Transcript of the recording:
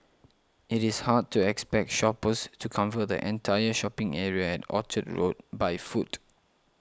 it is hard to expect shoppers to cover the entire shopping area at Orchard Road by foot